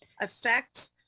affect